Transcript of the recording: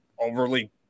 overly